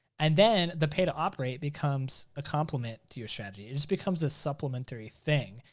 and then the pay to operate becomes a complement to your strategy. it just becomes a supplementary thing,